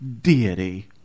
deity